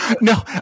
No